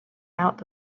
out